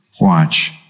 Watch